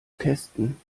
testen